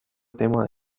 temas